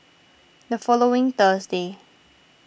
the following Thursday